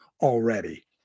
already